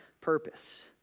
purpose